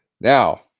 Now